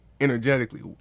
energetically